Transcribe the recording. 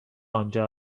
آنجا